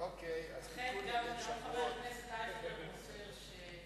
גם חבר הכנסת אייכלר מוסר שנפלה